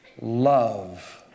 love